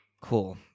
Cool